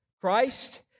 Christ